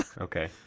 Okay